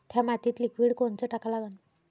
थ्या मातीत लिक्विड कोनचं टाका लागन?